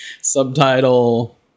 Subtitle